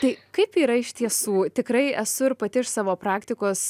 tai kaip yra iš tiesų tikrai esu ir pati iš savo praktikos